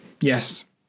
yes